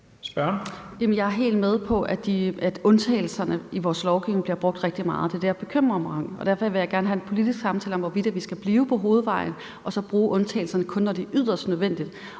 Jeg er helt med på, at undtagelserne i vores lovgivning bliver brugt rigtig meget. Det er det, jeg bekymrer mig over, og derfor vil jeg gerne have en politisk samtale om, hvorvidt vi skal blive på hovedvejen og så kun bruge undtagelserne, når det er yderst nødvendigt.